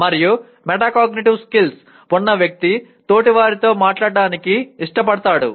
మరియు metacognitive skills ఉన్న వ్యక్తి తోటివారితో మాట్లాడటానికి ఇష్టపడతాడు